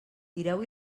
tireu